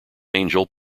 angel